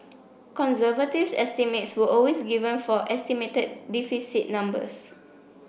conservative estimates were always given for estimated deficit numbers